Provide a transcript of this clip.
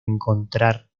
encontrar